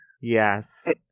Yes